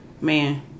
man